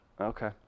okay